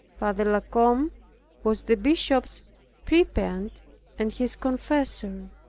father la combe was the bishop's prebend and his confessor.